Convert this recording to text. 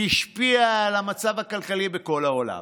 שהשפיעה על המצב הכלכלי בכל העולם.